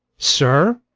sir,